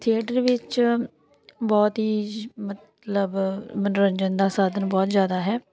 theatre ਵਿੱਚ ਬਹੁਤ ਹੀ ਜ ਮਤਲਬ ਮਨੋਰੰਜਨ ਦਾ ਸਾਧਨ ਬਹੁਤ ਜ਼ਿਆਦਾ ਹੈ